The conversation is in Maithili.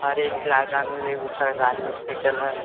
हरेक इलाकामे एगो सरकारी हॉस्पिटल हइ